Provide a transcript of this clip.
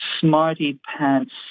smarty-pants